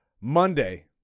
monday